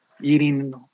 eating